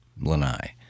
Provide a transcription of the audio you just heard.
lanai